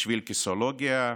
בשביל "כיסאולוגיה",